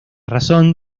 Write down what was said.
razón